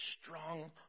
Strong